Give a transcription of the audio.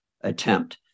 attempt